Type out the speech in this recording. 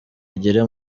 agere